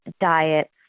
diets